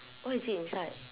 what is it inside